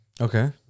Okay